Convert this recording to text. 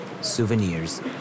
souvenirs